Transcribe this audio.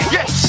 Yes